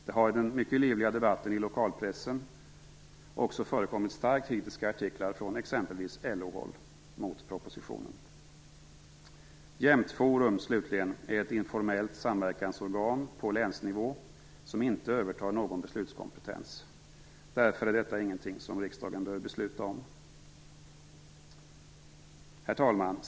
Det har i den mycket livliga debatten i lokalpressen också förekommit starkt kritiska artiklar mot propositionen från exempelvis LO-håll. Jämtforum, slutligen, är ett informellt samverkansorgan på länsnivå som inte övertar någon beslutskompetens. Därför är detta ingenting som riksdagen behöver besluta om. Herr talman!